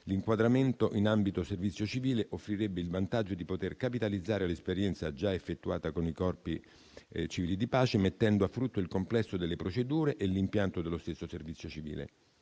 L'inquadramento nell'ambito del servizio civile offrirebbe il vantaggio di poter capitalizzare l'esperienza già effettuata con i corpi civili di pace, mettendo a frutto il complesso delle procedure e l'impianto dello stesso servizio civile.